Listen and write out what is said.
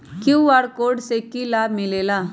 QR code से कि कि लाव मिलेला?